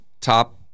top